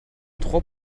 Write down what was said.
trois